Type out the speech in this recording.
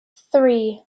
three